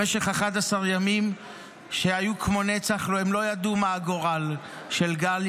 במשך 11 ימים שהיו כמו נצח הם לא ידעו מה הגורל של גלי.